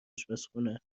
آشپزخونه